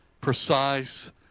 precise